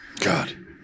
God